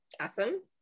Awesome